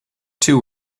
two